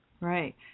Right